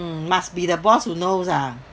mm must be the boss who knows ah